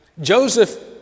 Joseph